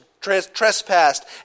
Trespassed